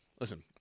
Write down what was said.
listen